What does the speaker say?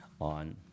on